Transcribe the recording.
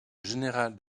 général